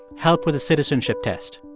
help with a citizenship test.